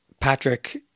Patrick